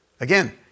Again